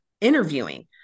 interviewing